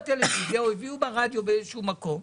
בטלוויזיה או הביאו ברדיו באיזשהו מקום,